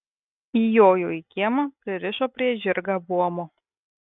įjojo į kiemą pririšo prie žirgą buomo